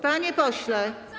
Panie pośle.